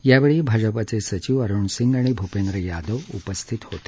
यावेळी भाजपाचे सचिव अरुण सिंग आणि भूपेंद्र यादव उपस्थित होते